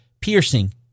piercing